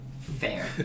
fair